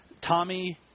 Tommy